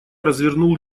развернул